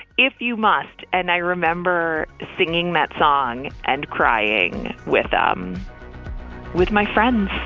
if you must and i remember singing that song and crying with um with my friends